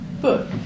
book